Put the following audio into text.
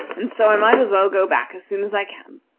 and so i might as well go back as soon as i can.